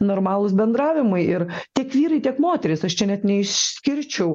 normalūs bendravimai ir tiek vyrai tiek moterys aš čia net neišskirčiau